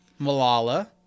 Malala